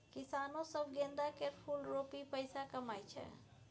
किसानो सब गेंदा केर फुल रोपि पैसा कमाइ छै